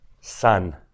sun